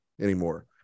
anymore